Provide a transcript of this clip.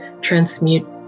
Transmute